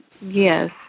yes